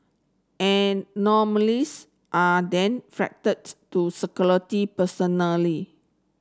anomalies are then to personally